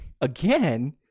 again